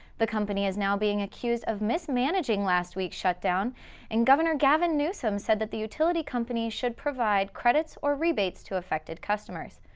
the company is now being accused of mismanaging last week's shutdown and governor gavin newsom said that the utility company should provide credits or rebates to affected customers.